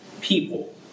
people